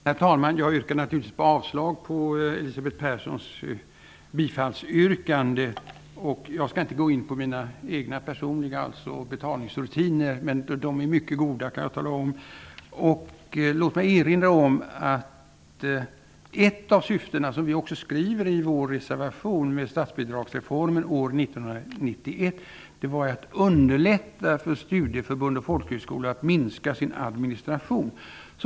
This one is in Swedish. Herr talman! Jag yrkar givetvis avslag på Elisabeth Perssons bifallsyrkande. Jag skall inte gå in på mina egna personliga betalningsrutiner, men jag kan tala om att de är mycket goda. Låt mig erinra om att ett av syftena med statsbidragsreformen år 1991 var, som vi också skriver i vår reservation, att underlätta för studieförbund och folkhögskolor att minska sin administration.